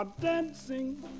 dancing